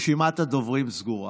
רשימת הדוברים סגורה.